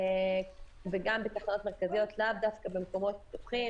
וגם בתחנות מרכזיות, לאו דווקא במקומות פתוחים.